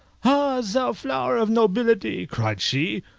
ah, thou flower of nobility, cried she,